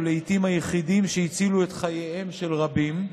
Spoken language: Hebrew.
ולעיתים היחידים שהצילו את חייהם של רבים,